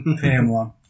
Pamela